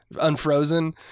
Unfrozen